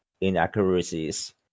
inaccuracies